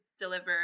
deliver